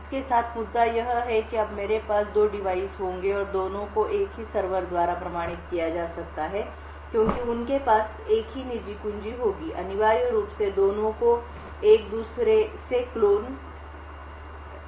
इसके साथ मुद्दा यह है कि अब मेरे पास दो डिवाइस होंगे और दोनों को एक ही सर्वर द्वारा प्रमाणित किया जा सकता है क्योंकि उनके पास एक ही निजी कुंजी होगी अनिवार्य रूप से दोनों एक दूसरे के क्लोन हैं